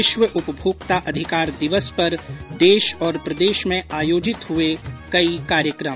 विश्व उपभोक्ता अधिकार दिवस पर देश और प्रदेश में आयोजित हये कई कार्यक्रम